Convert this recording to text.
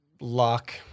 luck